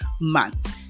months